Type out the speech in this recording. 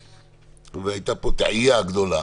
והייתה פה טעייה גדולה